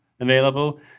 available